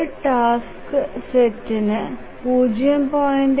ഒരു ടാസ്ക്സ് സെറ്റ്നു 0